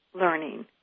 learning